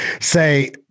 say